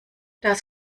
das